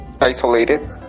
isolated